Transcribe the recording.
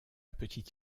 petite